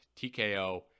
TKO